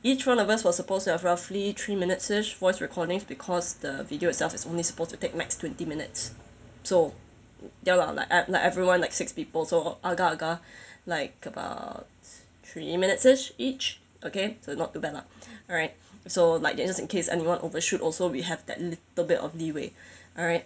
each one of us was supposed to have roughly three minutes-ish voice recordings because the video itself is only supposed to take max twenty minutes so ya lah like add like everyone like six people so agak agak like err three minutes-ish each okay so not too bad lah alright so like just in case anyone overshoot also we have that little bit of leeway alright